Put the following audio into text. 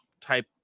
type